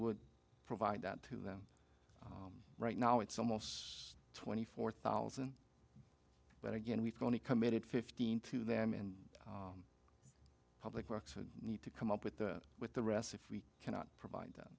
would provide that to them right now it's almost twenty four thousand but again we've only committed fifteen to them and public works would need to come up with the with the rest if we cannot provide them